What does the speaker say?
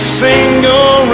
single